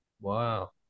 Wow